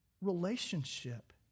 relationship